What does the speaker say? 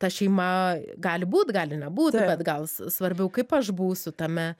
ta šeima gali būt gali nebūt bet gal s svarbiau kaip aš būsiu tame